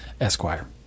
Esquire